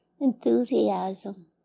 Enthusiasm